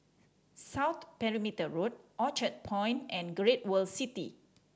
South Perimeter Road Orchard Point and Great World City